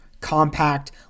compact